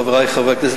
חברי חברי הכנסת,